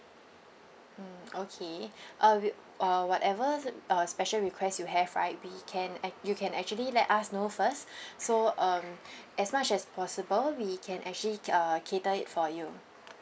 mm okay uh will uh whatever uh special request you have right we can ac~ you can actually let us know first so um as much as possible we can actually ca~ uh cater it for you